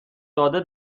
داده